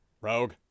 Rogue